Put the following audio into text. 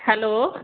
hello